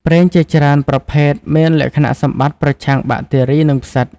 ប្រេងជាច្រើនប្រភេទមានលក្ខណៈសម្បត្តិប្រឆាំងបាក់តេរី និងផ្សិត។